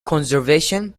conservation